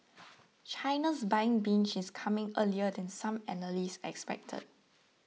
China's buying binge is coming earlier than some analysts expected